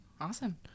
awesome